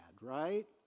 right